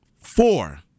four